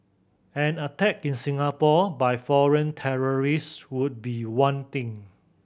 an attack in Singapore by foreign terrorists would be one thing